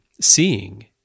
seeing